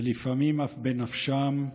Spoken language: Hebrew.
ולפעמים אף בנפשם,